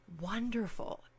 wonderful